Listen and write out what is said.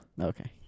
Okay